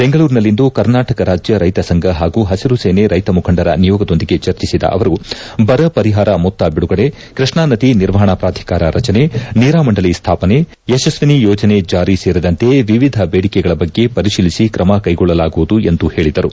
ಬೆಂಗಳೂರಿನಲ್ಲಿಂದು ಕರ್ನಾಟಕ ರಾಜ್ಯ ರೈತ ಸಂಘ ಹಾಗೂ ಹಸಿರು ಸೇನೆ ರೈತ ಮುಖಂಡರ ನಿಯೋಗದೊಂದಿಗೆ ಚರ್ಚಿಸಿದ ಅವರು ಬರ ಪರಿಹಾರ ಮೊತ್ತ ಬಿಡುಗಡೆ ಕೃಷ್ಣಾ ನದಿ ನಿರ್ವಹಣಾ ಪ್ರಾಧಿಕಾರ ರಚನೆ ನೀರಾ ಮಂಡಳಿ ಸ್ಥಾಪನೆ ಯಶ್ವಿನಿ ಯೋಜನೆ ಜಾರಿ ಸೇರಿದಂತೆ ವಿವಿಧ ಬೇಡಿಕೆಗಳ ಬಗ್ಗೆ ಪರಿಶೀಲಿಸಿ ಕ್ರಮ ಕೈಗೊಳ್ಳಲಾಗುವುದು ಎಂದು ಹೇಳಿದರು